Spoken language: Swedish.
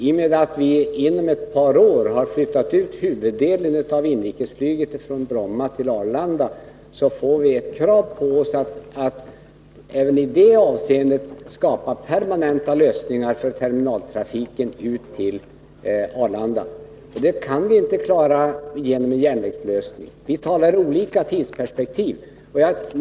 I och med att vi inom ett par år har flyttat ut huvuddelen av inrikesflyget från Bromma till Arlanda, får vi ett krav på oss att skapa permanenta lösningar även för terminaltrafiken till Arlanda. Det kan vi inte klara genom en järnvägslösning. Vi talar som sagt om olika tidsperspektiv.